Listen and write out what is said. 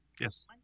Yes